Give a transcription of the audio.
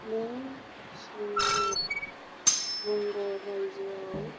नों सोनाब बंग रायजो आव